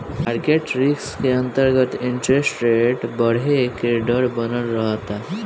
market risk के अंतरगत interest rate बरहे के डर बनल रहता